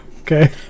Okay